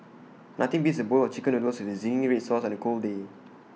nothing beats A bowl of Chicken Noodles with Zingy Red Sauce on A cold day